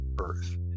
earth